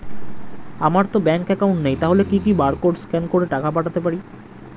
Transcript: আমারতো bank account নেই তাহলে কি কি বারকোড স্ক্যান করে টাকা পাঠাতে পারি?